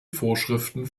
vorschriften